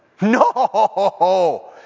No